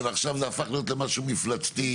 ועכשיו זה הפך להיות למשהו מפלצתי.